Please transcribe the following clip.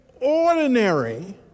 ordinary